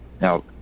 Now